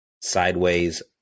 sideways